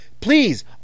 please